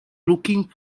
looking